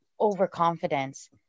overconfidence